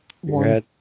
One